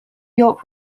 york